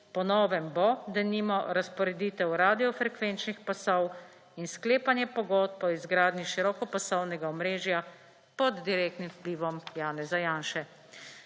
Po novem bo denimo razporeditev radio frekvenčnih pasov in sklepanje pogodb po izgradnji širokopasovnega omrežja pod direktnim vplivom Janeza Janše.